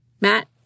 Matt